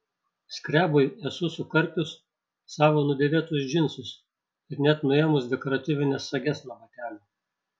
skrebui esu sukarpius savo nudėvėtus džinsus ir net nuėmus dekoratyvines sages nuo batelių